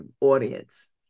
audience